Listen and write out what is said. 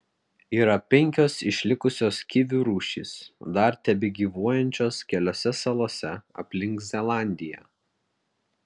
yra penkios išlikusios kivių rūšys dar tebegyvuojančios keliose salose aplink zelandiją